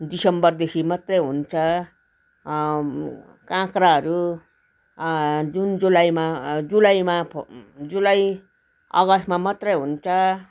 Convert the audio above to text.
दिसम्बरदेखि मात्रै हुन्छ काँक्राहरू जुन जुलाईमा जुलाईमा जुलाई अगस्तमा मात्रै हुन्छ